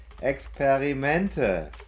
Experimente